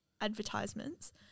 advertisements